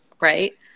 Right